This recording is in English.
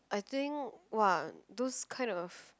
I think !wah! those kind of